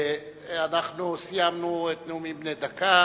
אנחנו סיימנו את הנאומים בני דקה.